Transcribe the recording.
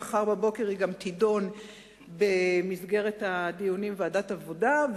ומחר בבוקר היא גם תידון במסגרת הדיונים בוועדת העבודה,